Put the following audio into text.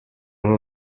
aho